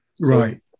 Right